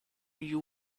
you